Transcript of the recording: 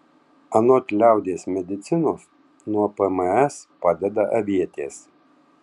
anot liaudies medicinos nuo pms padeda avietės